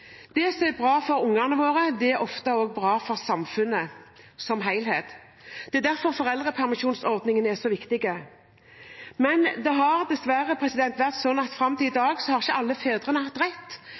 Det som er bra for barna våre, er ofte også bra for samfunnet som helhet. Det er derfor foreldrepermisjonsordningen er så viktig. Men det har dessverre vært slik at fram til i